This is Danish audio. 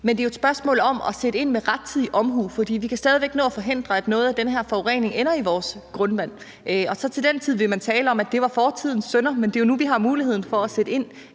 Men det er jo et spørgsmål om at sætte ind med rettidig omhu, for vi kan stadig væk nå at forhindre, at noget af den her forurening ender i vores grundvand. Til den tid vil man tale om, at det var fortidens synder, men det er jo nu, vi har muligheden for at sætte ind